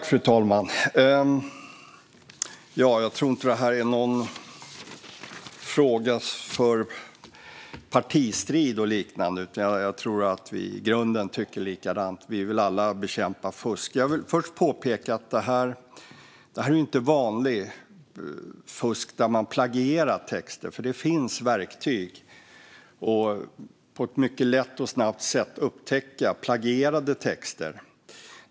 Fru talman! Jag tror inte att det här är någon fråga för partistrid och liknande, utan jag tror att vi i grunden tycker likadant. Vi vill alla bekämpa fusk. Jag vill först påpeka att det här inte är vanligt fusk, där man plagierar texter. Det finns verktyg för att mycket lätt och snabbt upptäcka plagierade texter.